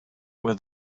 with